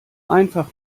einfach